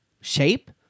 shape